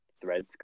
threads